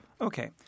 Okay